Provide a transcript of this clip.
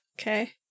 okay